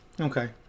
Okay